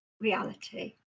reality